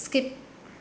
skip